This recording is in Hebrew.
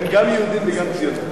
הם גם יהודים וגם ציונים.